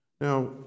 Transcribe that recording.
Now